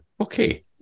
okay